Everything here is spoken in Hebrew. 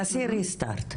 תעשי restart.